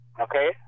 Okay